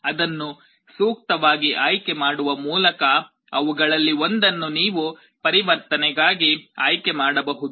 ಅದನ್ನು ಸೂಕ್ತವಾಗಿ ಆಯ್ಕೆ ಮಾಡುವ ಮೂಲಕ ಅವುಗಳಲ್ಲಿ ಒಂದನ್ನು ನೀವು ಪರಿವರ್ತನೆಗಾಗಿ ಆಯ್ಕೆ ಮಾಡಬಹುದು